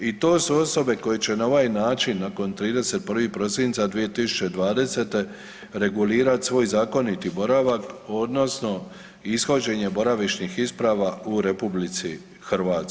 I to su osobe koje će na ovaj način nakon 31. prosinca 2020. regulirat svoj zakoniti boravak odnosno ishođenje boravišnih isprava u RH.